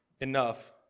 enough